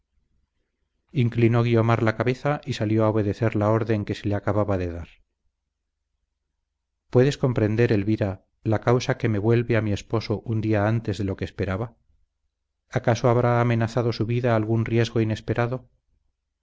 inclinó guiomar la cabeza y salió a obedecer la orden que se le acababa de dar puedes comprender elvira la causa que me vuelve a mi esposo un día antes de lo que esperaba acaso habrá amenazado su vida algún riesgo inesperado